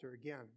again